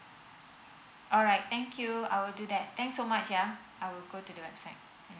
alright thank you I will do that thank so much yeah I will go to the website